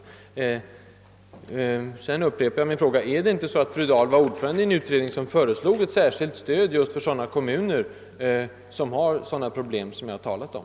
Slutligen upprepar jag min tidigare fråga: Är det inte så att fru Dahl var ordförande i en utredning, som föreslog ett särskilt stöd just för kommuner med sådana problem, som jag här har talat om?